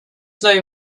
known